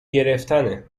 گرفتنه